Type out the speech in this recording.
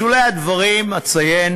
בשולי הדברים אציין